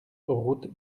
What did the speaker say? route